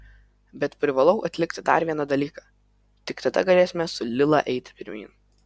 bet privalau atlikti dar vieną dalyką tik tada galėsime su lila eiti pirmyn